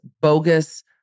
bogus